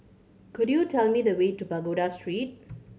could you tell me the way to Pagoda Street